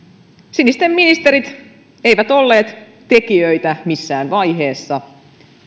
sinisten ministerit eivät olleet tekijöitä missään vaiheessa